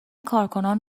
کارکنان